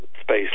space